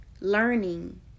learning